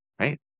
right